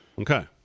Okay